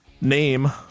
Name